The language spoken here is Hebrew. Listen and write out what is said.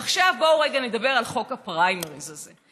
עכשיו בואו רגע נדבר על חוק הפריימריז הזה.